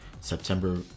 September